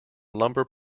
lumber